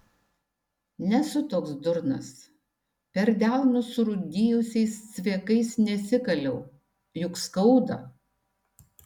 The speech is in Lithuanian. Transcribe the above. nesu toks durnas per delnus surūdijusiais cviekais nesikaliau juk skauda